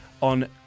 on